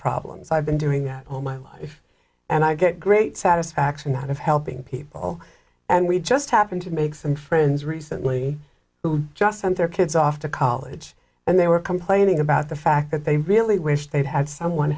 problems i've been doing all my life and i get great satisfaction out of helping people and we just happen to make some friends recently who just sent their kids off to college and they were complaining about the fact that they really wished they'd had someone